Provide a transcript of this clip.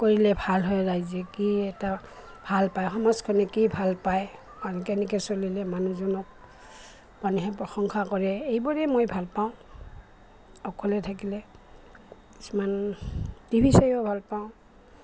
কৰিলে ভাল হয় ৰাইজে কি এটা ভাল পায় সমাজখনে কি ভাল পায় কেনেকৈ চলিলে মানুহজনক মানুহে প্ৰশংসা কৰে এইবোই মই ভালপাওঁ অকলে থাকিলে কিছুমান টি ভি চায়ও ভালপাওঁ